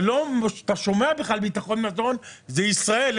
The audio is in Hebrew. שאתה לא שומע ממנה בכלל על ביטחון מזון זאת ישראל,